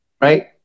right